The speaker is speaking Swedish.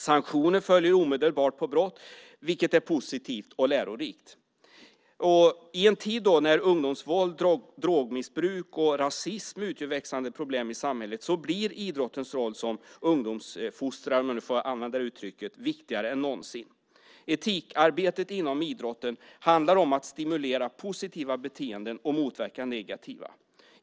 Sanktioner följer omedelbart på brott, vilket är positivt och lärorikt. I en tid när ungdomsvåld, drogmissbruk och rasism utgör växande problem i samhället blir idrottens roll som ungdomsfostrare, om jag får använda det uttrycket, viktigare än någonsin. Etikarbetet inom idrotten handlar om att stimulera positiva beteenden och motverka negativa.